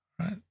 right